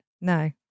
No